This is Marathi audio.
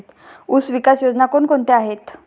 ऊसविकास योजना कोण कोणत्या आहेत?